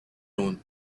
own